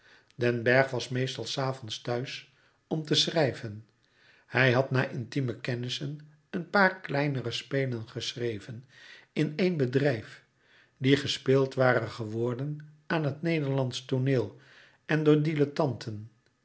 den bergh was meestal s avonds thuis om te schrijven hij had na intieme kennissen een paar kleinere spelen geschreven in éen bedrijf die gespeeld waren geworden aan het nederlandsch tooneel en door dilettanten